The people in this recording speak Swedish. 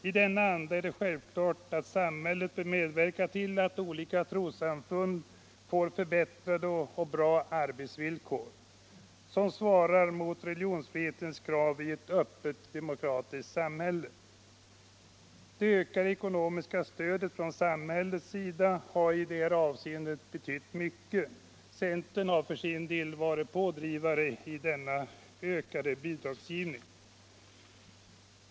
I denna anda är det självklart att samhället bör medverka till att olika trossamfund får förbättrade och bra arbetsvillkor, som svarar mot religionsfrihetens krav i ett öppet demokratiskt samhälle. Det ökande ekonomiska stödet från samhället har i det här avseendet betytt mycket. Centern har för sin del varit pådrivande när det gäller ökad bidragsgivning.